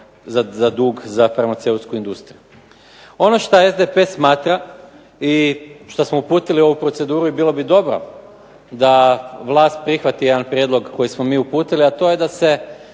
za dug za farmaceutsku industriju. Ono što SDP smatra i što smo uputili u ovu proceduru i bilo bi dobro da vlast prihvati jedan prijedlog koji smo mi uputili a to je da se